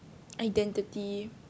identity